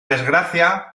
desgracia